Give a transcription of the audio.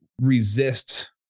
resist